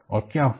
और क्या हुआ